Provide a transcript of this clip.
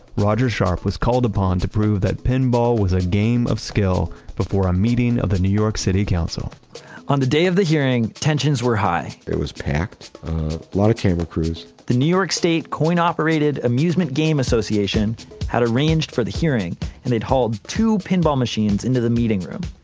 roger sharpe was called upon to prove that pinball was a game of skill before a meeting of the new york city council on the day of the hearing, tensions were high it was packed. a lot of camera crews the new york state coin-operated amusement game association had arranged for the hearing and they'd hauled two pinball machines into the meeting room.